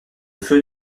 feux